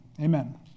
amen